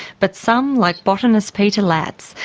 but some, like botanist peter latz,